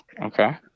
Okay